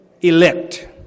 elect